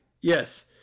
Yes